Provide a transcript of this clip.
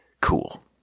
cool